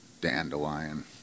dandelion